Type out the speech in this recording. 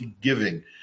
giving